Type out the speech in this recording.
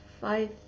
five